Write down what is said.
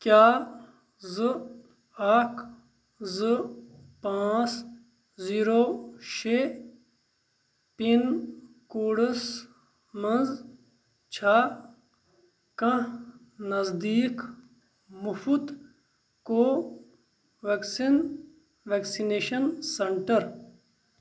کیٛاہ زٕ اکھ زٕ پانٛژھ زیٖرو شےٚ پِن کوڈس مَنٛز چھا کانٛہہ نزدیٖک مُفٕط کو ویٚکسیٖن ویکسِنیشن سینٹر ؟